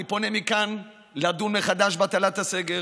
אני פונה מכאן לדון מחדש בהטלת הסגר